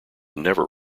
never